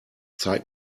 zeig